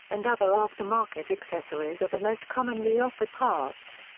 and other aftermarket accessories are the most commonly offered parts.